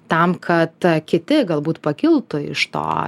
tam kad kiti galbūt pakiltų iš to